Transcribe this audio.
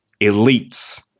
elites